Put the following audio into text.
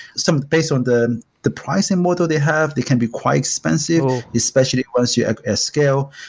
so based on the the pricing model they have, they can be quite expensive especially once you ah ah scale.